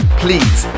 please